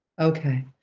okay,